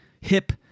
hip